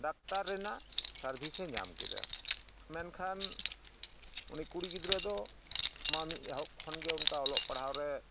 doctor ᱨᱮᱱᱟᱜ service ᱮ ᱧᱟᱢ ᱠᱮᱫᱟ ᱢᱮᱱᱠᱷᱟᱱ ᱩᱱᱤ ᱠᱩᱲᱤ ᱜᱤᱫᱽᱨᱟᱹ ᱫᱚ ᱢᱟ ᱢᱤᱫ ᱮᱦᱚᱵ ᱠᱷᱚᱱ ᱜᱮ ᱚᱞᱚᱜ ᱯᱟᱲᱦᱟᱣ ᱨᱮ